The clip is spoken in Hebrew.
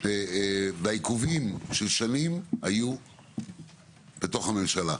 שהעיכובים של שנים היו בגלל הממשלה.